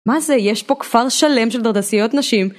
מה זה, יש פה כפר שלם של דרדסיות נשים?